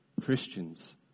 Christians